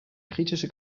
kritische